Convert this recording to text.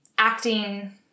acting